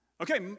Okay